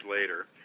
later